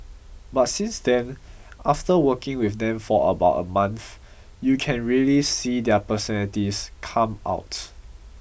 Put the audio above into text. but since then after working with them for about a month you can really see their personalities come out